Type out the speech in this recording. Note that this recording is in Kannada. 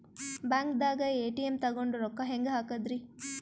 ಬ್ಯಾಂಕ್ದಾಗ ಎ.ಟಿ.ಎಂ ತಗೊಂಡ್ ರೊಕ್ಕ ಹೆಂಗ್ ಹಾಕದ್ರಿ?